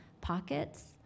pockets